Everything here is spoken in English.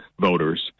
voters